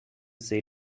say